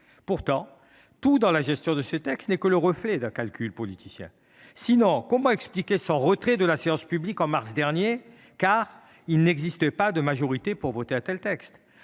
Pourtant, tout, dans la gestion de ce texte, n’est que reflet d’un calcul politicien. Sinon, comment expliquer son retrait de la séance publique au mois de mars dernier, au prétexte qu’« il n’existait pas de majorité pour voter un tel texte